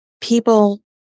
People